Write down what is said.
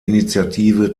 initiative